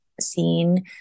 seen